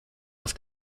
auf